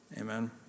Amen